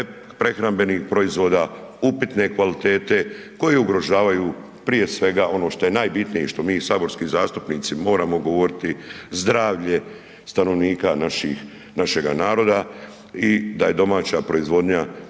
prehrambenih proizvoda upitne kvalitete koji ugrožavaju prije svega ono šta je najbitnije i što mi saborski zastupnici moramo govoriti, zdravlje stanovnika naših, našega naroda, i da je domaća proizvodnja